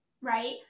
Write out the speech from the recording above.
right